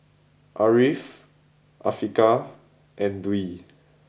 Ariff Afiqah and Dwi